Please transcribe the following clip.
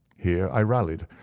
here i rallied,